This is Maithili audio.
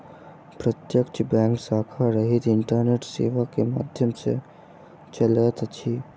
प्रत्यक्ष बैंक शाखा रहित इंटरनेट सेवा के माध्यम सॅ चलैत अछि